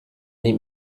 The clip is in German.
ihm